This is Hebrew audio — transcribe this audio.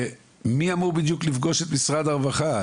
ומי אמור בדיוק לפגוש את משרד הרווחה?